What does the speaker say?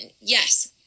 yes